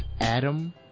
Adam